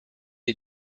est